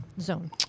zone